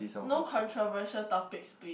no controversial topics please